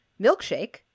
Milkshake